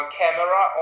camera